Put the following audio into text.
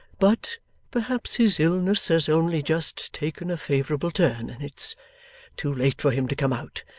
but perhaps his illness has only just taken a favourable turn, and it's too late for him to come out,